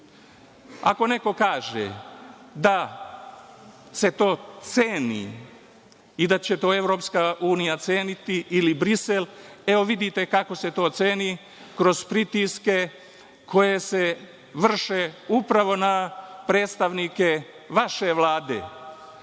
EU.Ako neko kaže da se to ceni i da će to EU ceniti ili Brisel, evo vidite kako se to ceni kroz pritiske koji se vrše upravo na predstavnike vaše Vlade,